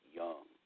young